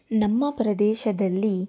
ನಮ್ಮ ಪ್ರದೇಶದಲ್ಲಿ